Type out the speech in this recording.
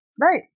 Right